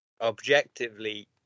Objectively